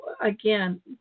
again